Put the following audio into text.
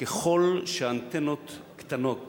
ככל שאנטנות קטנות